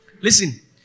Listen